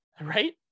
right